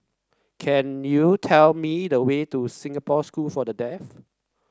can you tell me the way to Singapore School for the Deaf